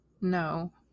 No